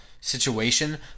situation